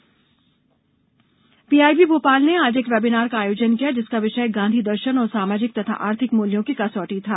PIB webinar PIB Bhopal ने आज एक वेबिनार का आयोजन किया जिसका विषय गांधी दर्शन और सामाजिक तथा आर्थिक मूल्यों की कसौटी था